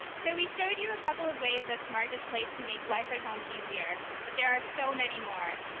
so we showed you a couple of ways that smart displays can make life at home easier, but there are so many more,